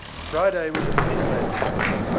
friday was an inland black.